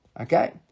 Okay